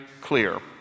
clear